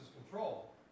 control